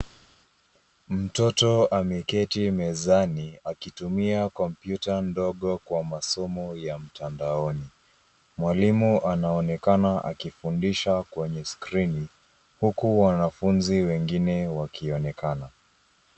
Mtoto ameketi mezani akitumia kompyuta ndogo kwa masomo ya mtandaoni. Mwalimu anaonekana akifundisha kwenye skrini, huku wanafunzi wengine wakionekana.